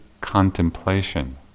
contemplation